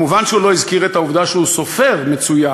מובן שהוא לא הזכיר את העובדה שהוא סופר מצוין,